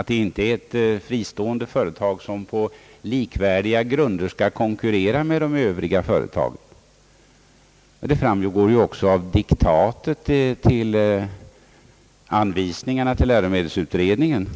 att det inte är fråga om ett fristående företag som på likvärdiga grunder skall konkurrera med de övriga företagen. Det framgår ju också av direktiven för läromedelsutredningen.